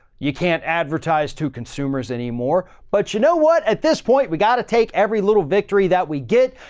you can't advertise to consumers anymore. but you know what? at this point we got to take every little victory that we get,